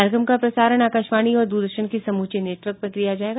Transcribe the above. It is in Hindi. कार्यक्रम का प्रसारण आकाशवाणी और दूरदर्शन के समूचे नेटवर्क पर किया जाएगा